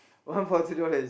one for two dollars